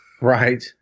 Right